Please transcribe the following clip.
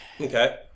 Okay